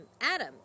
adam